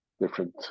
different